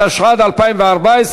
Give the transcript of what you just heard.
התשע"ד 2014,